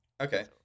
Okay